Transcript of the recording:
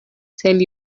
tell